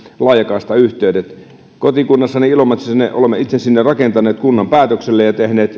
laajakaistayhteydet kotikunnassani ilomantsissa ne olemme itse sinne rakentaneet ja tehneet